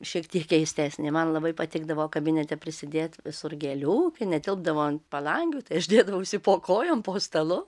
šiek tiek keistesnė man labai patikdavo kabinete prisidėti visur gėlių kai netilpdavo ant palangių tai aš dėdavausi po kojom po stalu